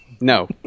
No